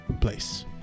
place